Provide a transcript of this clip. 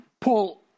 Paul